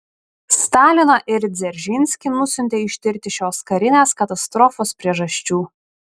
staliną ir dzeržinskį nusiuntė ištirti šios karinės katastrofos priežasčių